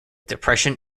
depression